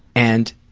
and